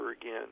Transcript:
again